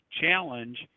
challenge